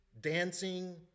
dancing